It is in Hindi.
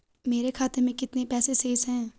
मेरे खाते में कितने पैसे शेष हैं?